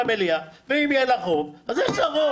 במליאה, ואם יהיה לך רוב, אז יהיה לך רוב.